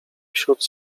wśród